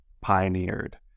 pioneered